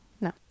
no